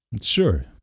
Sure